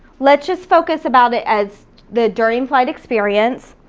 let's just focus about it as the during flight experience.